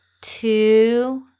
two